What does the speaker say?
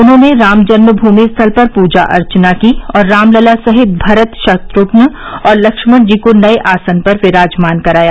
उन्होंने राम जन्म भूमि स्थल पर पूजा अर्चना की और रामलला सहित भरत शत्र्घ्न और लक्ष्मण जी को नये आसन पर विराजमान कराया